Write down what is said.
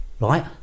right